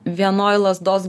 vienoj lazdos